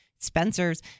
Spencer's